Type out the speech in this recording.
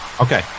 Okay